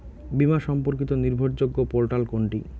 বীমা সম্পর্কিত নির্ভরযোগ্য পোর্টাল কোনটি?